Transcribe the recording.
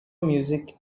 music